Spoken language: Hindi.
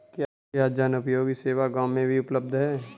क्या जनोपयोगी सेवा गाँव में भी उपलब्ध है?